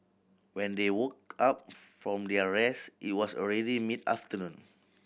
when they woke up from their rest it was already mid afternoon